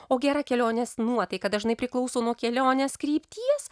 o gera kelionės nuotaika dažnai priklauso nuo kelionės krypties